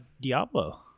Diablo